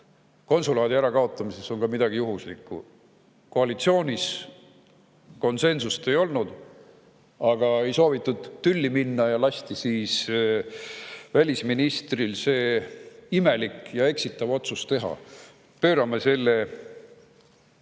konsulaadi ärakaotamises on midagi juhuslikku. Koalitsioonis konsensust ei olnud, aga ei soovitud tülli minna ja lasti välisministril see imelik ja eksitav otsus teha. Pöörame selle